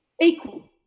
equal